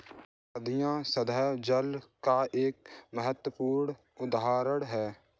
नदियां सत्तह जल का एक महत्वपूर्ण उदाहरण है